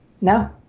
No